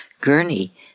gurney